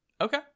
Okay